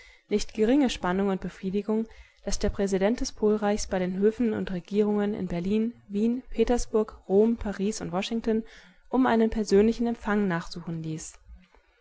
nicht geringe spannung und befriedigung daß der präsident des polreichs bei den höfen und regierungen in berlin wien petersburg rom paris und washington um einen persönlichen empfang nachsuchen ließ